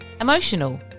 emotional